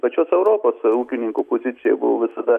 pačios europos ūkininkų pozicija buvo visada